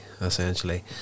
essentially